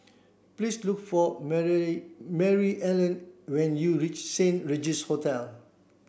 please look for Mary Maryellen when you reach Saint Regis Hotel